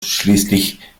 schließlich